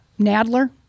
Nadler